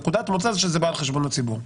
נקודת המוצא היא שזה בא על חשבון הציבור.